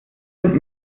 sind